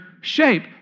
shape